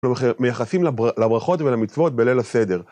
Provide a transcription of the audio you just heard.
מייחסים לברכות ולמצוות בליל הסדר.